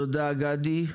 תודה גדי.